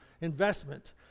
investment